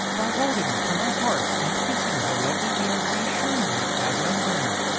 by holding her to my heart and kissing her lovely hair reassuringly as i murmured